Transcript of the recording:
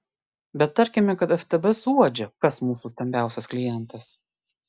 bet tarkime kad ftb suuodžia kas mūsų stambiausias klientas